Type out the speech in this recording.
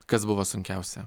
kas buvo sunkiausia